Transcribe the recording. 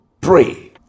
pray